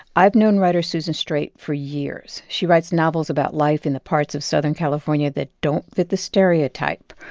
i've known writer susan straight for years. she writes novels about life in the parts of southern california that don't fit the stereotype.